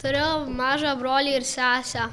turiu mažą brolį ir sesę